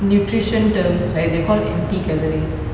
nutrition terms they're called empty calories